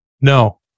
no